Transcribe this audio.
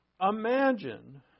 imagine